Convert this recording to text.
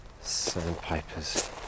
sandpipers